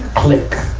click!